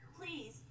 please